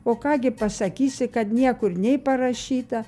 o ką gi pasakysi kad niekur nei parašyta